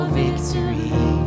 victory